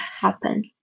happen